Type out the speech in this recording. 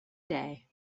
day